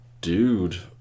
dude